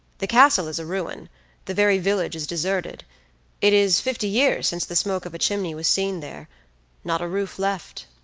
the castle is a ruin the very village is deserted it is fifty years since the smoke of a chimney was seen there not a roof left.